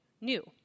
new